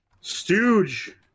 Stooge